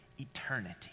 eternity